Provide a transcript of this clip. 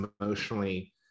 emotionally